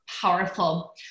powerful